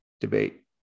debate